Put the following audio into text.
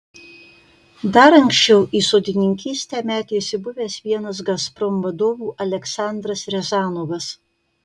dar anksčiau į sodininkystę metėsi buvęs vienas gazprom vadovų aleksandras riazanovas